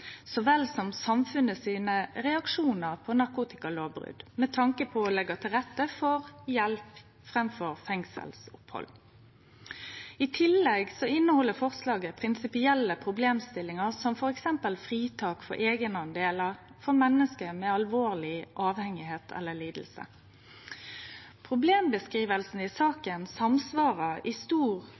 så vel som reaksjonane frå samfunnet på narkotikalovbrot med tanke på å leggje til rette for hjelp framfor fengselsopphald. I tillegg inneheld forslaget prinsipielle problemstillingar, som f.eks. fritak frå eigendelar for menneske med alvorleg avhengigheit eller lidingar. Skildringa av problemet i saka samsvarer i stor